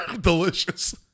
Delicious